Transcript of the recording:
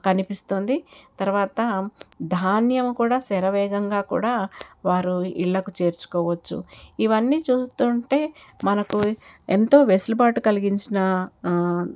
కనిపిస్తుంది తరువాత ధాన్యం కూడా శరవేగంగా కూడా వారు ఇళ్ళకు చేర్చుకోవచ్చు ఇవన్నీ చూస్తుంటే మనకు ఎంతో వెసులుబాటు కలిగించిన